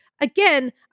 Again